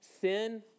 sin